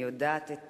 אני יודעת את